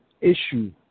issue